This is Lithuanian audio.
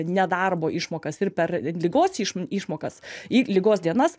nedarbo išmokas ir per ligos iš išmokas į ligos dienas